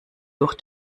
durch